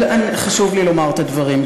חשוב לי לומר את הדברים.